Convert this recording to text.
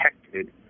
protected